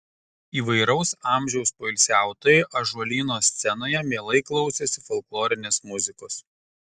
įvairaus amžiaus poilsiautojai ąžuolyno scenoje mielai klausėsi folklorinės muzikos